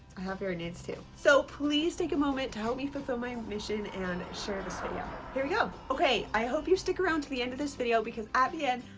i have hearing aids, too. so please take a moment to help me fulfill my mission and share this video. here we go, okay i hope you stick around to the end of this video because at the end,